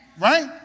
Right